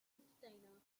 entertainer